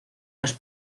las